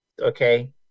Okay